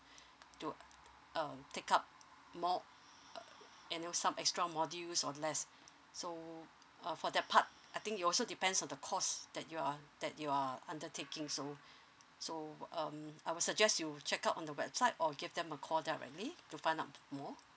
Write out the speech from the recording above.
to uh take out more uh annual some extra module or less so uh for that part I think it also depends on the course that you are that you are undertakings so so um I will suggest you check out on the website or give them a call directly to find out more